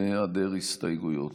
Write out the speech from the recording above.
בהיעדר הסתייגויות.